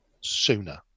sooner